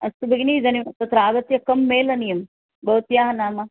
अस्तु भगिनि इदानीं तत्र आगत्य कं मेलनीयं भवत्याः नाम